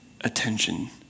attention